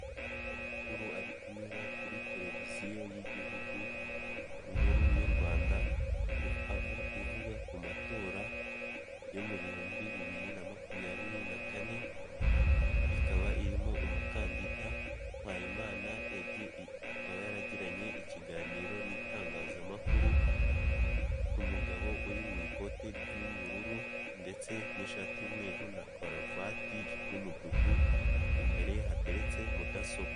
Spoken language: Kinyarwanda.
Amakuru ari kunyura kuri televiziyo y'igihugu nkuru y'u Rwanda ivuga ku matora yo mu bihumbi bibiri na makumyabiri na kane, ikaba irimo umukandida Mpayimana akaba yaragiranye ikiganiro n'itangazamakuru, umugabo uri mu ikote ry'ubururu ndetse n'ishati'mweru na karavati y'umutuku imbereye hateretse mudasobwa.